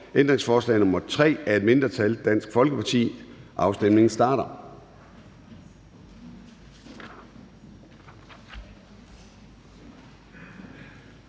ændringsforslag nr. 3 af et mindretal (DF). Afstemningen starter.